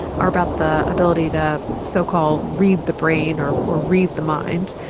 are about the ability to so-called read the brain or or read the mind.